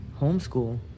homeschool